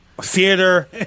theater